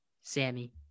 Sammy